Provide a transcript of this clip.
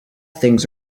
things